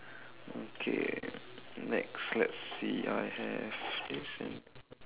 okay next let's see I have this and